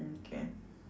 okay